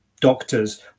doctors